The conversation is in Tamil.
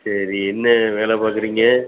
சரி என்ன வேலை பார்க்குறீங்க